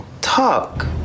talk